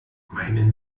meinen